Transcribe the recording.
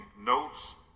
notes